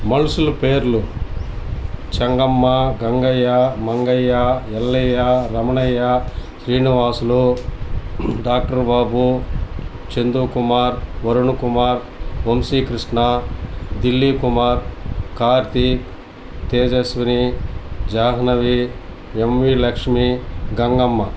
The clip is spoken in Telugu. మనుషుల పేర్లు Chengamma Gangaiah Mangaiah Yellaiah Ramanaiah Srinivasulu doctor Babu Chandukumar Varun Kumar Vamsi Krishna Dilli Kumar Karthik Tejaswini Jahnavi M V Lakshmi Gangamma